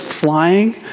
flying